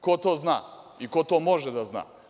Ko to zna, i ko to može da zna.